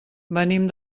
venim